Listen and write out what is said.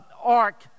ark